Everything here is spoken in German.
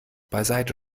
beiseite